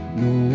no